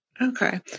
Okay